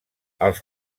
els